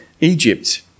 Egypt